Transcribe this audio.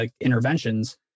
interventions